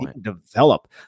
develop